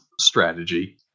strategy